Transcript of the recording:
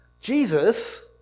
Jesus